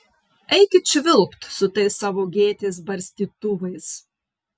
eikit švilpt su tais savo gėtės barstytuvais